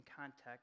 context